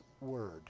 word